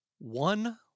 one